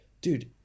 dude